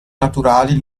naturali